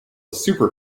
super